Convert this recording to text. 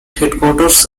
headquarters